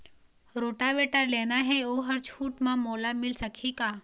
Rotavator लेना हे ओहर छूट म मोला मिल सकही का?